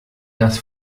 das